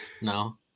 No